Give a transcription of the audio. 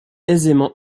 aisément